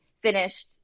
finished